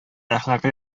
әхлакый